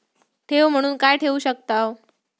ठेव म्हणून काय ठेवू शकताव?